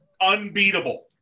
Unbeatable